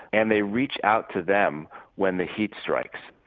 and they reach out to them when the heat strikes.